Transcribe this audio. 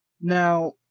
Now